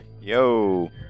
Yo